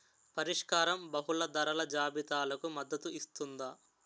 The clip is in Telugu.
పరిష్కారం బహుళ ధరల జాబితాలకు మద్దతు ఇస్తుందా?